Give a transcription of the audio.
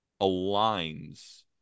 aligns